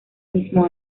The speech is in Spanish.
mismo